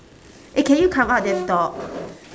eh can you come out then talk